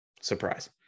Surprise